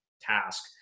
task